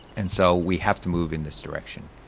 and so we have to move in this direction.